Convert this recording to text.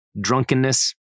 drunkenness